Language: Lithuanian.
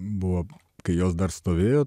buvo kai jos dar stovėjo